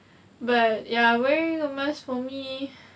but ya wearing a mask for me